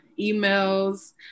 emails